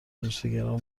اینستاگرام